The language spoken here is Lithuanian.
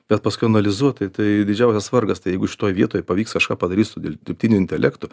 bet paskui analizuoti tai didžiausias vargas jeigu šitoj vietoj pavyks kažką padaryt su dirbtiniu intelektu